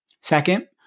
Second